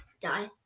die